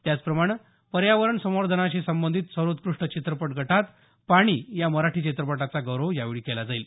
त्याचप्रमाणे पर्यावरण संवर्धनाशी संबंधित सर्वोत्कृष्ट चित्रपट गटात पाणी या मराठी चित्रपटाचा गौरव यावेळी केला जाईल